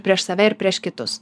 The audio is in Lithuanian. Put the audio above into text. prieš save ir prieš kitus